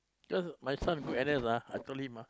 you know my son go N_S I told him